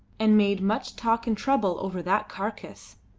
and made much talk and trouble over that carcase.